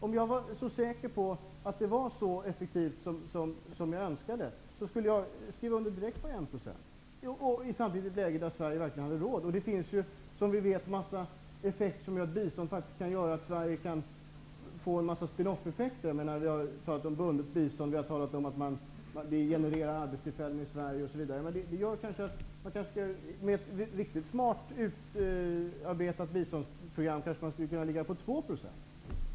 Om jag var så säker på att det var så effektivt som jag önskade, skulle jag direkt skriva under på att vi skulle ha 1 % i ett läge då Sverige verkligen har råd med det. Som vi vet finns det mängder av effekter som gör att bistånd faktiskt kan ge Sverige åtskilliga spin off-effekter. Vi har talat om bundet bistånd, och vi har talat om att man vill generera arbetstillfällen i Sverige osv. Med ett riktigt smart utarbetat biståndsprogram skulle man kanske kunna ha ett bistånd på 2 %.